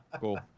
Cool